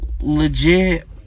legit